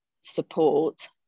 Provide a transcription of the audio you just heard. support